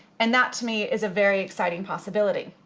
and that to me is a very exciting possibility.